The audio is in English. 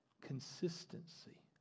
Consistency